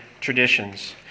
traditions